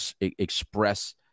express